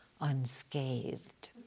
unscathed